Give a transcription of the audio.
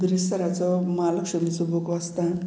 बिरेस्ताराचो महालक्ष्मीचो बोको आसता